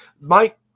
Mike